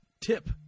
tip